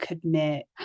commit